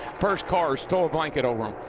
first car so ah blanket over him.